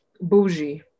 bougie